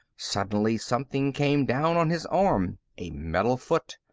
suddenly something came down on his arm, a metal foot.